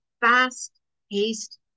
fast-paced